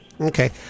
Okay